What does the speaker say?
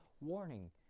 warning